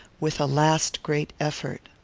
with a last great effort.